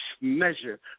measure